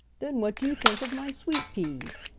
then, what do you think of my sweet peas?